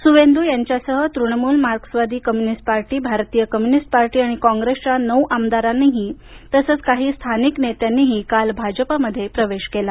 सुवेंदू यांच्यासह तृणमूल मार्क्सवादी communist party भारतीय कम्युनिस्ट पार्टी आणि काँग्रेसच्या नऊ आमदारांनीही तसंच काही स्थानिक नेत्यांनीही काल भाजपा मध्ये प्रवेश केला